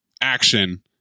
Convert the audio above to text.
action